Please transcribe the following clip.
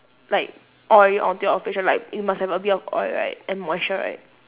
like oil onto your face like you must have a bit of oil right and moisture right